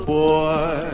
boy